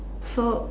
so